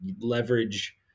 leverage